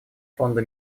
фонда